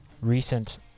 recent